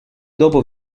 dopo